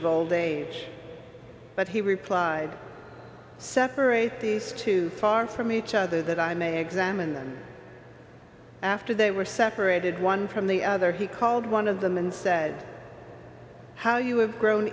of old age but he replied separate these two far from each other that i may examine that after they were separated one from the other he called one of them and said how you have grown